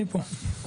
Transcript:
אני פה.